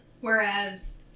Whereas